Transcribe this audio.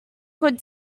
could